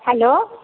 hello